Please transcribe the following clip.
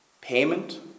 payment